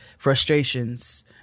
frustrations